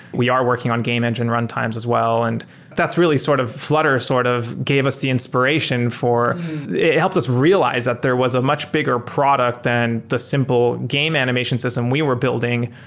we are working on game engine runtimes as well. and that's really sort of flutter sort of gave us the inspiration for it helped us realize that there was a much bigger product than the simple game animation system we were building.